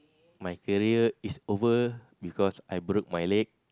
my career is over because I broke my leg